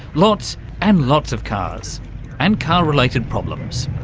lots and lots of cars and car-related problems.